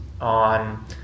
on